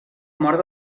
mort